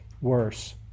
worse